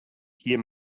hier